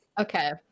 Okay